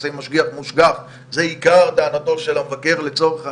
יחסי משגיח-מושגח זה עיקר טענתו של המבקר לצורך העניין,